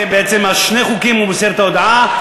בעצם על שני חוקים הוא מוסר את ההודעה.